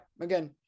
again